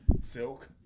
Silk